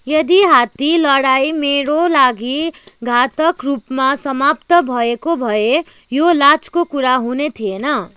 यदि हात्ती लडाइ मेरा लागि घातक रूपमा समाप्त भएको भए यो लाजको कुरा हुने थिएन